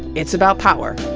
it's about power,